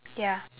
ya